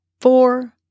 four